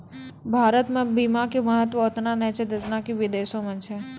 भारतो मे बीमा के महत्व ओतना नै छै जेतना कि विदेशो मे छै